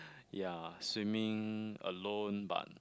ya swimming alone but